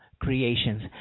Creations